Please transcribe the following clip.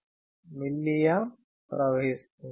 2 mA ప్రవహిస్తుంది